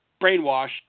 brainwashed